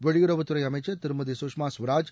வெளியுறவுத்துறை அமைச்சர் திருமதி குஷ்மா குவராஜ்